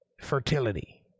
fertility